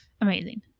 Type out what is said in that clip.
amazing